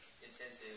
Intensive